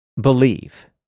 believe